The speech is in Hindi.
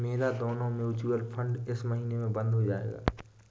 मेरा दोनों म्यूचुअल फंड इस माह में बंद हो जायेगा